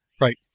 Right